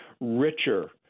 richer